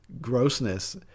grossness